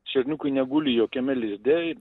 šerniukai neguli jokiame lizde